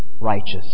righteous